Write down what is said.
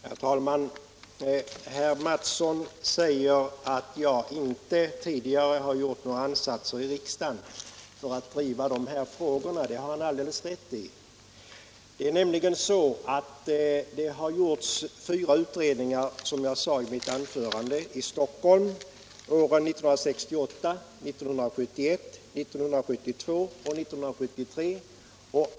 Herr talman! Herr Mattsson sade att jag inte tidigare gjort några ansatser i riksdagen för att driva de här frågorna, och det har han alldeles rätt i. Det är nämligen så, som jag sade i mitt anförande, att det har gjorts fyra utredningar i Stockholm, nämligen åren 1968, 1971, 1972 och 1973.